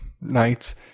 nights